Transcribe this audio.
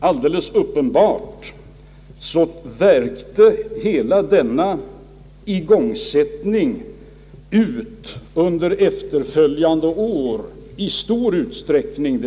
Alldeles uppenbart värkte denna igångsättning ut under efterföljande år i stor utsträckning.